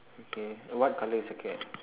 okay what colour is your cat